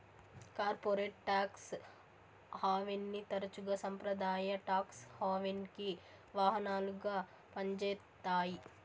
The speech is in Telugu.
కార్పొరేట్ టాక్స్ హావెన్ని తరచుగా సంప్రదాయ టాక్స్ హావెన్కి వాహనాలుగా పంజేత్తాయి